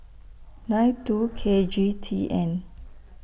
nine two K G T N